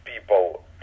people